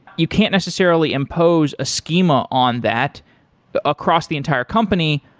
you can't necessarily impose a schema on that across the entire company,